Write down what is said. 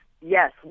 yes